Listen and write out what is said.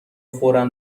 فورا